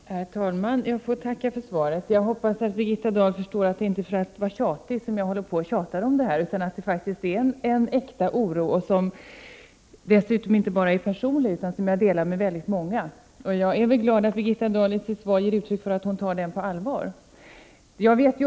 Herr talman! Jag vill tacka för svaret. Jag hoppas att Birgitta Dahl förstår att det inte är för att vara tjatig som jag är så ihärdig. Jag känner faktiskt en äkta oro —- inte bara personlig — som jag delar med väldigt många. Jag är glad över att Birgitta Dahl i sitt svar ger uttryck för att hon tar min oro på allvar.